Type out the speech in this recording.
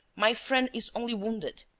my friend is only wounded.